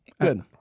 good